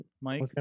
Mike